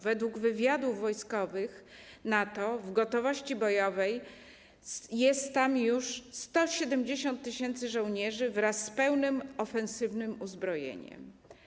Według wywiadów wojskowych NATO w gotowości bojowej jest tam już 170 tys. żołnierzy wraz z pełnym ofensywnym uzbrojeniem.